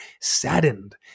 saddened